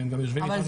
והם גם יושבים איתנו.